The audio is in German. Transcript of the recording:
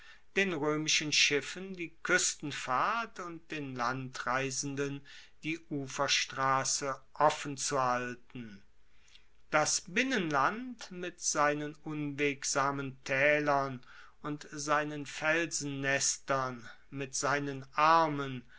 den roemischen schiffen die kuestenfahrt und den landreisenden die uferstrasse offen zu halten das binnenland mit seinen unwegsamen taelern und seinen felsennestern mit seinen armen